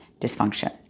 dysfunction